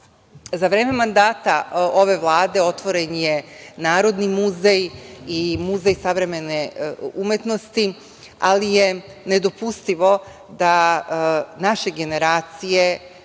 vreme mandata ove Vlade, otvoren je Narodni muzej i Muzej savremene umetnosti, ali je nedopustivo da naše generacije